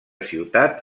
ciutat